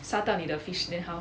suck up 你的 fish then how